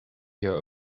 her